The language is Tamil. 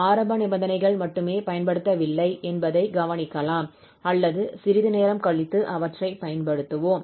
ஆரம்ப நிபந்தனைகள் மட்டுமே பயன்படுத்தப்படவில்லை என்பதை கவனிக்கலாம் அல்லது சிறிது நேரம் கழித்து அவற்றைப் பயன்படுத்துவோம்